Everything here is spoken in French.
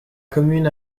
commune